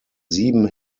sieben